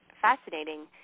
fascinating